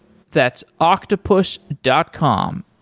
that's octopus dot com,